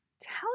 tell